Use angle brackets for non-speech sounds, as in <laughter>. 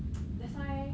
<noise> that's why